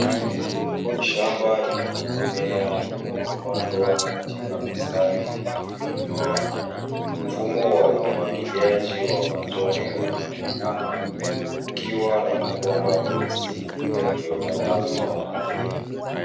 Shamba lina mimea iliyopandwa katika mistari iliyonyooka. Mfumo wa umwagiliaji wa matone umeonekana ukiwa na mabomba meusi yaliyotandazwa ardhini.